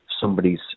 somebody's